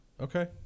Okay